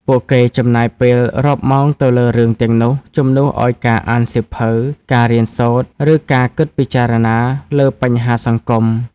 ពួកគេចំណាយពេលរាប់ម៉ោងទៅលើរឿងទាំងនោះ ជំនួសឲ្យការអានសៀវភៅ ការរៀនសូត្រ ឬការគិតពិចារណាលើបញ្ហាសង្គម។